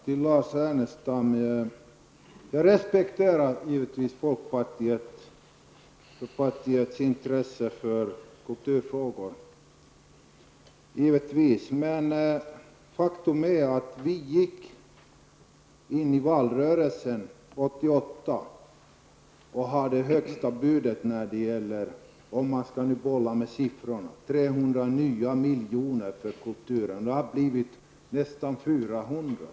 Herr talman! Jag respekterar givetvis, Lars Ernestam, folkpartiets intresse för kulturfrågor. Vi utlovade i valrörelsen 1988 till kulturen 300 nya miljoner. Det har blivit nästan 400 miljoner.